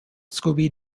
scooby